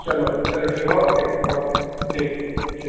چلو چلو ٹھیک ہے اوکے اوکے ٹھیک ٹھیک